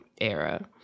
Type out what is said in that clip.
era